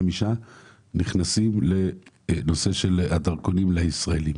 25 מתוכם נכנסים לנושא של הדרכונים לישראלים.